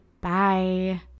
Bye